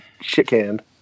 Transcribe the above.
shit-canned